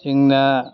जोंना